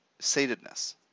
satedness